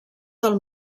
del